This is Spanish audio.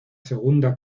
segunda